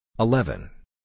Eleven